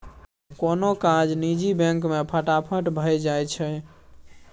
कोनो काज निजी बैंक मे फटाफट भए जाइ छै